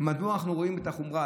מדוע אנחנו רואים את החומרה?